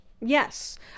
yes